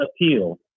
appeal